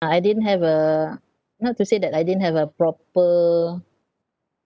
I I didn't have a not to say that I didn't have a proper